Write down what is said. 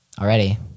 already